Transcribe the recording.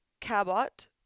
Cabot